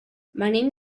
venim